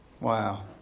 Wow